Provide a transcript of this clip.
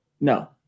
no